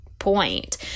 point